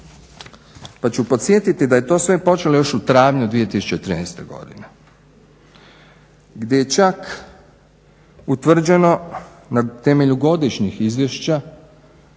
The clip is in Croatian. Pa ću podsjetiti da je to sve počelo još u travnju 2013. godine gdje je čak utvrđeno na temelju godišnjih izvješća